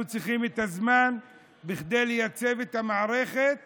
אנחנו צריכים את הזמן כדי לייצב את המערכת